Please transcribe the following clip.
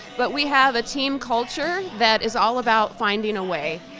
but we have a team culture that is all about finding a way.